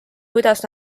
kuidas